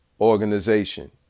Organization